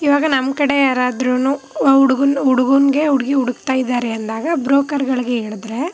ಈವಾಗ ನಮ್ಮ ಕಡೆ ಯಾರಾದ್ರೂ ಹುಡ್ಗನ್ಗೆ ಹುಡುಗನ್ಗೆ ಹುಡ್ಗಿ ಹುಡುಕ್ತಾ ಇದ್ದಾರೆ ಅಂದಾಗ ಬ್ರೋಕರ್ಗಳಿಗೆ ಹೇಳಿದ್ರೆ